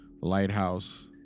Lighthouse